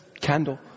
candle